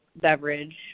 beverage